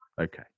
Okay